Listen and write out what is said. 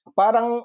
parang